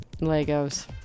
Legos